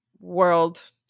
world